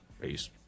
Peace